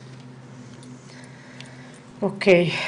אוקי.